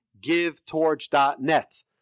GiveTorch.net